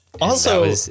Also-